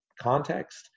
context